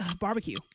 Barbecue